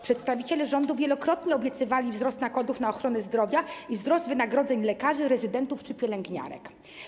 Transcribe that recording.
Przedstawiciele rządu wielokrotnie obiecywali wzrost nakładów na ochronę zdrowia i wzrost wynagrodzeń lekarzy rezydentów czy pielęgniarek.